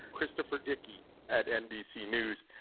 christopher dickey at nbc news.